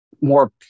more